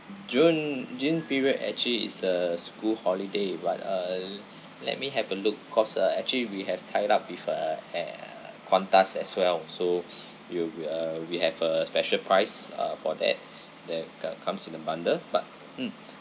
june june period actually is a school holiday but uh let me have a look cause uh actually we have tied up with a air uh Qantas as well so we'll we uh we have a special price uh for that that c~ comes in a bundle but mm